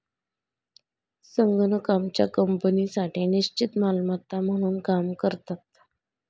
संगणक आमच्या कंपनीसाठी निश्चित मालमत्ता म्हणून काम करतात